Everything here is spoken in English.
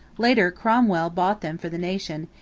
later cromwell bought them for the nation,